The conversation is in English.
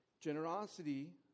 Generosity